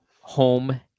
home